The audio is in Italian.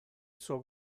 suo